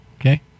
Okay